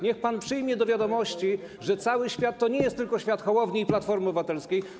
Niech pan przyjmie do wiadomości, że cały świat to nie jest tylko świat Hołowni i Platformy Obywatelskiej.